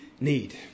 need